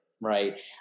right